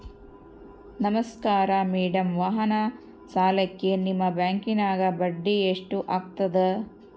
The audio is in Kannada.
ನಮಸ್ಕಾರ ಮೇಡಂ ವಾಹನ ಸಾಲಕ್ಕೆ ನಿಮ್ಮ ಬ್ಯಾಂಕಿನ್ಯಾಗ ಬಡ್ಡಿ ಎಷ್ಟು ಆಗ್ತದ?